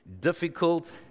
difficult